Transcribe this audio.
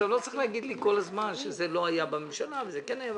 לא צריך להגיד לי כל הזמן שזה לא היה בממשלה וזה כן היה בממשלה.